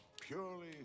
purely